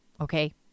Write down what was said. Okay